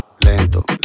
lento